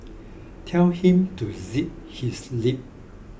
tell him to zip his lip